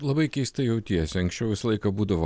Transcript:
labai keistai jautiesi anksčiau visą laiką būdavo